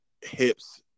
hips